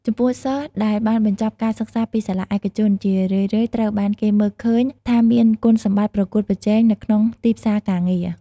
ចំពោះ សិស្សដែលបានបញ្ចប់ការសិក្សាពីសាលាឯកជន ជារឿយៗត្រូវបានគេមើលឃើញថាមានគុណសម្បត្តិប្រកួតប្រជែងនៅក្នុងទីផ្សារការងារ។